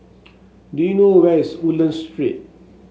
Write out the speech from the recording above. do you know where is Woodlands Street